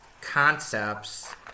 concepts